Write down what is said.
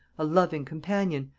a loving companion,